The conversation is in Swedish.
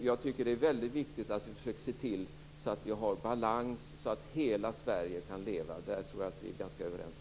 Jag tycker att det är väldigt viktigt att vi försöker se till så att vi har balans så att hela Sverige kan leva. Där tror jag att vi är ganska överens.